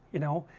you know,